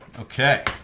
Okay